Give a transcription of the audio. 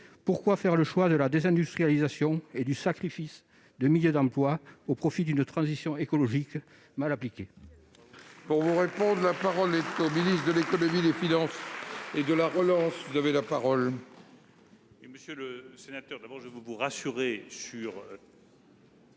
Pourquoi faire le choix de la désindustrialisation et du sacrifice de milliers d'emplois au profit d'une transition écologique mal appliquée ?